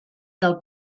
del